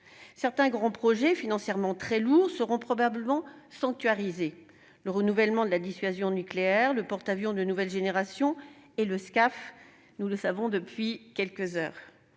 Certains grands projets financièrement très lourds seront probablement sanctuarisés : le renouvellement de la dissuasion nucléaire, le porte-avions de nouvelle génération ainsi que- nous le savons depuis quelques heures